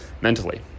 mentally